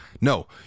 No